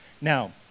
Now